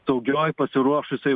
saugioj pasiruošusioj